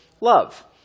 love